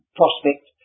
prospect